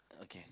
okay